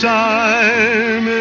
time